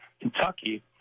Kentucky